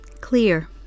Clear